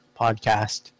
podcast